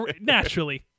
Naturally